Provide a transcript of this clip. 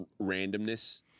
randomness